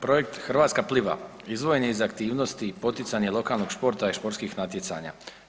Projekt Hrvatska pliva izdvojen je iz aktivnosti poticanje lokalnog športa i športskih natjecanja.